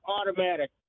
Automatic